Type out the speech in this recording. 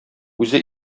үзе